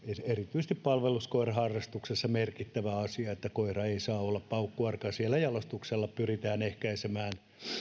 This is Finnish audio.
erityisesti palveluskoiraharrastuksessa merkittävä asia että koira ei saa olla paukkuarka siellä jalostuksella pyritään ehkäisemään